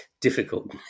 difficult